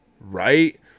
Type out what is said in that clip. right